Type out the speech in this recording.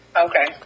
Okay